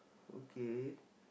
okay